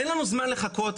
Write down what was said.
אין לנו זמן לחכות,